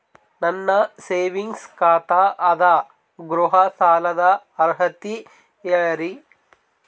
ನನ್ನ ಸೇವಿಂಗ್ಸ್ ಖಾತಾ ಅದ, ಗೃಹ ಸಾಲದ ಅರ್ಹತಿ ಹೇಳರಿ?